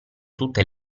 tutte